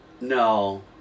No